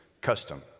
custom